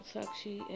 Sakshi